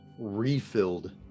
refilled